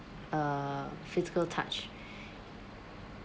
uh physical touch